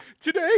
Today